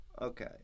Okay